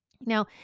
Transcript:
Now